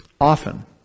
Often